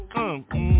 Come